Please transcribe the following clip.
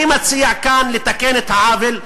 אני מציע כאן לתקן את העוול.